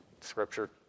Scripture